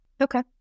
Okay